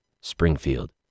Springfield